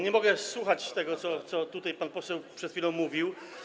Nie mogę słuchać tego, co tutaj pan poseł przed chwilą mówił.